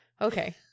Okay